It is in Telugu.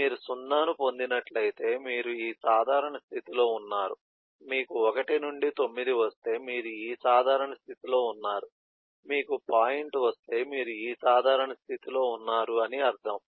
మీరు 0 ను పొందినట్లయితే మీరు ఈ సాధారణ స్థితిలో ఉన్నారు మీకు 1 నుండి 9 వస్తే మీరు ఈ సాధారణ స్థితిలో ఉన్నారు మీకు పాయింట్ వస్తే మీరు ఈ సాధారణ స్థితిలో ఉన్నారు అని అర్ధం